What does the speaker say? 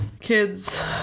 Kids